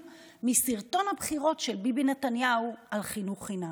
מסרטון הבחירות של ביבי נתניהו על חינוך חינם: